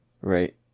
Right